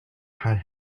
had